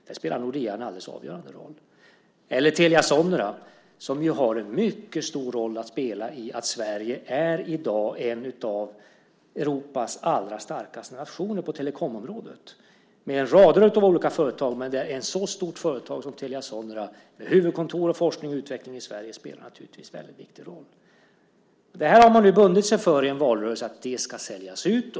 Där spelar Nordea en alldeles avgörande roll. Telia Sonera har också en mycket stor roll att spela när det gäller att Sverige i dag är en av Europas allra starkaste nationer på telekomområdet. Där finns rader av olika företag, men ett så stort företag som Telia Sonera, med huvudkontor och forskning och utveckling i Sverige, spelar naturligtvis en väldigt viktig roll. Man har nu bundit sig för i en valrörelse att det här ska säljas ut.